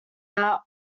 that